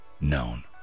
known